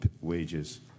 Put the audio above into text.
wages